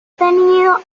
tenido